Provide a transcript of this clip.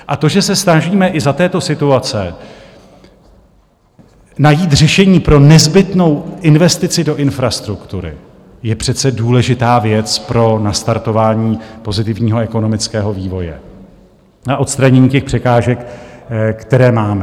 A to, že se snažíme i za této situace najít řešení pro nezbytnou investici do infrastruktury, je přece důležitá věc pro nastartování pozitivního ekonomického vývoje, na odstranění překážek, které máme.